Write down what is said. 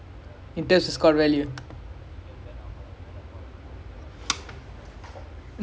ya I mean now the burdesh team but they have ஓடிட்டே:odittae I mean his skills damn good lah